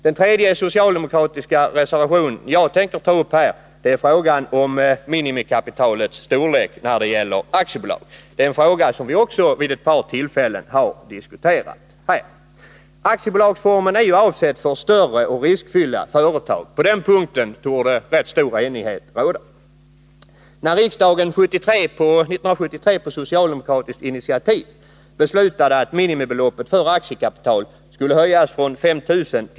Den tredje socialdemokratiska reservation jag tänker ta upp är frågan om minimikapitalets storlek när det gäller aktiebolag. Det är en fråga som vi också vid ett par tillfällen har diskuterat här. Aktiebolagsformen är ju avsedd för större och riskfulla företag. På den punkten torde rätt stor enighet råda. När riksdagen 1973 på socialdemokratiskt initiativ beslutade att minimibeloppet för aktiekapital skulle höjas från 5 000 kr.